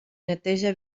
neteja